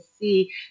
see